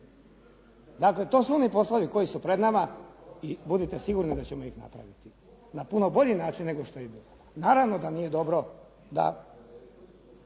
Dakle, to su oni poslovi koji su pred nama i budite sigurni da ćemo ih napraviti. Na puno bolji način nego što … Naravno da nije dobro da